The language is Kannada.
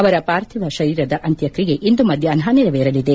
ಅವರ ಪಾರ್ಥಿವ ಶರೀರದ ಅಂತ್ಯಕ್ರಿಯೆ ಇಂದು ಮಧ್ವಾಪ್ಯ ನೆರವೇರಲಿದೆ